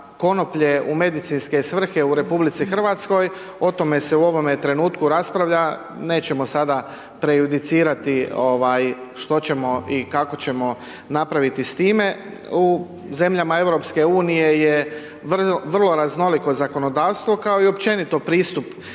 konoplje u medicinske svrhe u RH o tome se u ovome trenutku raspravlja, nećemo sada prejudicirati što ćemo i kako ćemo napraviti s time. U zemljama EU je vrlo raznoliko zakonodavstvo kao i općenito pristup